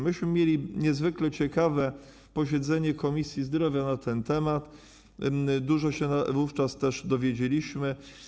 Myśmy mieli niezwykle ciekawe posiedzenie Komisji Zdrowia na ten temat, dużo się wówczas też dowiedzieliśmy.